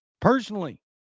personally